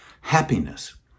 happiness